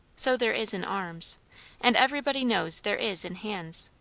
so there is in arms and everybody knows there is in hands.